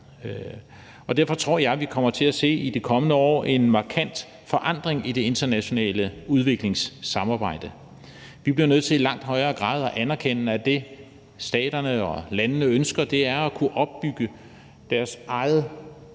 og derfor tror jeg, at vi i det kommende år kommer til at se en markant forandring i det internationale udviklingssamarbejde. Vi bliver nødt til i langt højere grad at anerkende, at det, staterne og landene ønsker, er at kunne opbygge deres eget